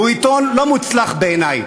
הוא עיתון לא מוצלח בעיני.